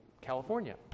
California